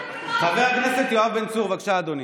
חבר הכנסת יואב בן צור, בבקשה, אדוני.